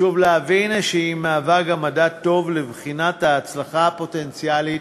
חשוב להבין שהיא מהווה גם מדד טוב לבחינת ההצלחה הפוטנציאלית